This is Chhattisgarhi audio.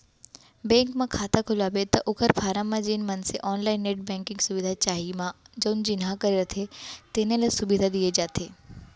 बेंक म खाता खोलवाबे त ओकर फारम म जेन मनसे ऑनलाईन नेट बेंकिंग सुबिधा चाही म जउन चिन्हा करे रथें तेने ल सुबिधा दिये जाथे